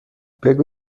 بگو